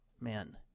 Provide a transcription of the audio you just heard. men